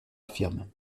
firme